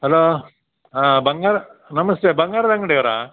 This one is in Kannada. ಹಲೋ ಹಾಂ ಬಂಗಾರ ನಮಸ್ತೆ ಬಂಗಾರದ ಅಂಗಡಿ ಅವರಾ